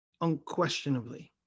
unquestionably